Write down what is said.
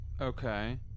Okay